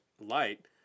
light